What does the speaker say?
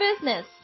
business